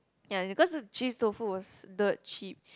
ya and because cheese tofu was dirt cheap